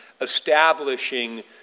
establishing